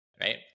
right